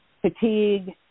Fatigue